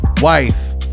wife